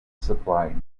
supply